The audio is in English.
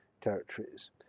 territories